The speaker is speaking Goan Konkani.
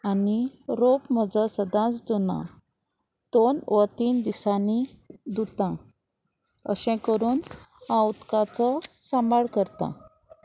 आनी रोप म्हजो सदांच धुना दोन वा तीन दिसांनी धुता अशें करून हांव उदकाचो सांबाळ करतां